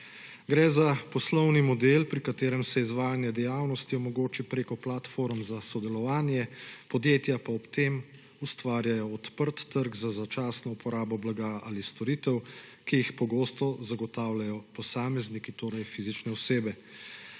Gre za poslovni model, pri katerem se izvajanje dejavnosti omogoči preko platform za sodelovanje, podjetja pa ob tem ustvarjajo odprt trg za začasno uporabo blaga ali storitev, ki jih pogosto zagotavljajo posamezniki, torej fizične osebe.